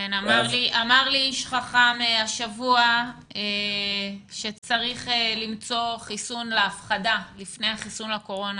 אמר לי איש חכם השבוע שצריך למצוא חיסון להפחדה לפני החיסון לקורונה,